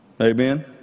amen